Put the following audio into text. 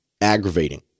aggravating